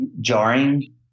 jarring